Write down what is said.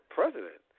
president